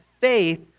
faith